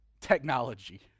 Technology